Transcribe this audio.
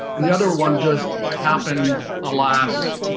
and the other one just happened. alas,